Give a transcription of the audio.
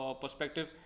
perspective